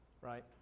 right